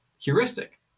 heuristic